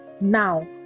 now